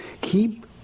keep